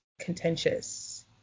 contentious